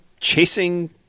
chasing